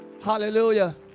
Hallelujah